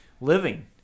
living